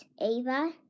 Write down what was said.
Ava